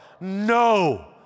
no